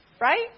Right